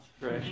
right